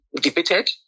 debated